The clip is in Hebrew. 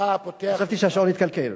חשבתי שהשעון התקלקל.